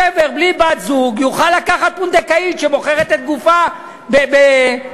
גבר בלי בת-זוג יוכל לקחת פונדקאית שמוכרת את גופה באסיה.